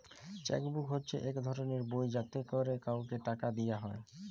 cheque book হছে ইক ধরলের বই যাতে ক্যরে কাউকে টাকা দিয়া হ্যয়